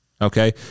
okay